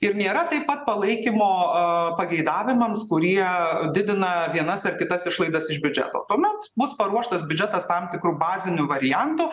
ir nėra taip pat palaikymo aa pageidavimams kurie didina vienas ar kitas išlaidas iš biudžeto tuomet mūsų paruoštas biudžetas tam tikru baziniu variantu